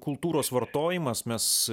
kultūros vartojimas mes